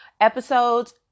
episodes